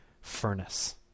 furnace